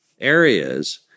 areas